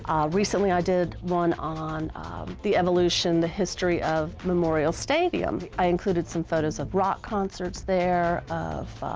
um recently i did one on the evolution, the history, of memorial stadium. i included some photos of rock concerts there, of,